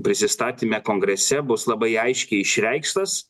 prisistatyme kongrese bus labai aiškiai išreikštas